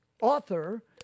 author